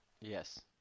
Yes